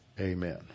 Amen